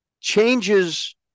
changes